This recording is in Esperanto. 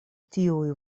tiuj